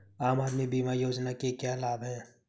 आम आदमी बीमा योजना के क्या लाभ हैं?